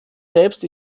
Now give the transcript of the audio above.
selbst